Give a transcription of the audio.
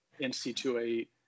NC2A